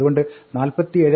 അതുകൊണ്ട് 47